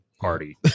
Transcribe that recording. party